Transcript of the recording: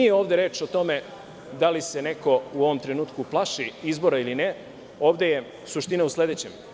Ovde nije reč o tome da li se neko u ovom trenutku plaši izbora ili ne, ovde je suština u sledećem.